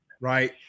right